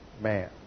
man